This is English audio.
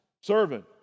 servant